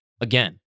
Again